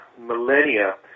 millennia